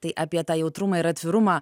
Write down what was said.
tai apie tą jautrumą ir atvirumą